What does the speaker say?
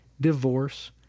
divorce